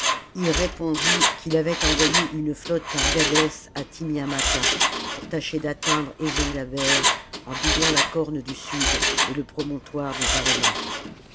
il répondit qu'il avait envoyé une flotte par gadès et thymiamata pour tâcher d'atteindre eziongaber en doublant la corne du sud et le promontoire des aromates